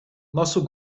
nosso